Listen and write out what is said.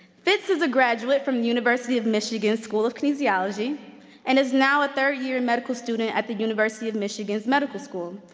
fitz is a graduate from the university of michigan school of kinesiology and is now a third-year and medical student at the university of michigan's medical school.